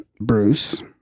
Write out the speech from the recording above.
Bruce